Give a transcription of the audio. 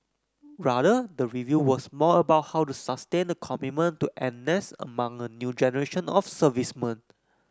rather the review was more about how to sustain the commitment to N S among a new generation of servicemen